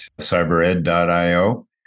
cybered.io